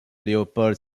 léopold